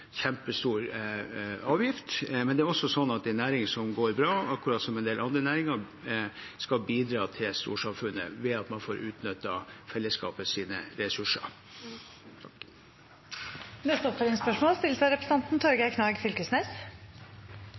næring som går bra – akkurat som i en del andre næringer – skal bidra til storsamfunnet ved at man får utnytte fellesskapets ressurser. Torgeir Knag Fylkesnes – til oppfølgingsspørsmål.